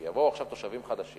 כי יבואו עכשיו תושבים חדשים,